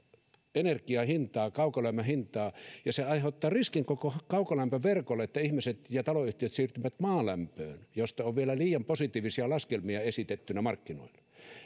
energian hintaa kaukolämmön hintaa ja se aiheuttaa riskin koko kaukolämpöverkolle että ihmiset ja taloyhtiöt siirtyvät maalämpöön josta on vielä liian positiivisia laskelmia esitettynä markkinoilla